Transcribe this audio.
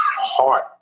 heart